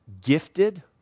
gifted